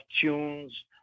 tunes